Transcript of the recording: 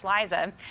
Liza